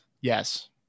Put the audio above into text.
Yes